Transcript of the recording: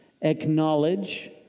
acknowledge